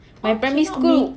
my primary school